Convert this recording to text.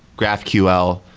graphql,